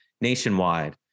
nationwide